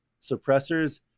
suppressors